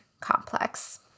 complex